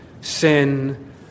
sin